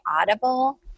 audible